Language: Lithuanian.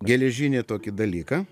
geležinį tokį dalyką